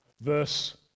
verse